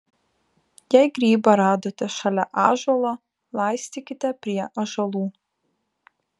jei grybą radote šalia ąžuolo laistykite prie ąžuolų